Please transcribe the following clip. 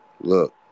Look